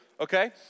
Okay